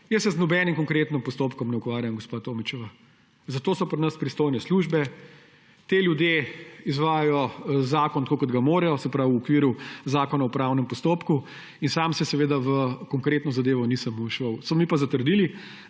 Jaz se z nobenim konkretnim postopkom ne ukvarjam, gospa Tomićeva. Za to so pri nas pristojne službe, ti ljudje izvajajo zakon tako, kot ga morajo, se pravi v okviru Zakona o upravnem postopku, in sam v konkretno zadevo nisem šel. So mi pa zatrdili,